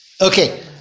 Okay